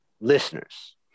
listeners